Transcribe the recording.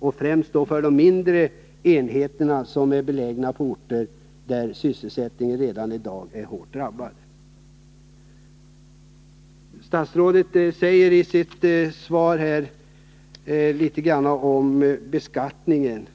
som är hårt trängd, och då främst för de mindre enheterna, som är belägna på orter där sysselsättningen redan i dag är hårt drabbad. Statsrådet säger i sitt svar en del om beskattningen.